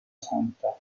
santa